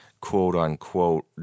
quote-unquote